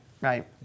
right